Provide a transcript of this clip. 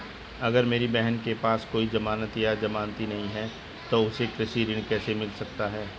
अगर मेरी बहन के पास कोई जमानत या जमानती नहीं है तो उसे कृषि ऋण कैसे मिल सकता है?